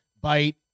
bite